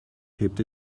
hebt